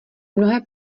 mnohé